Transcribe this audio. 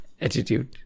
attitude